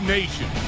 Nation